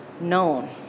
known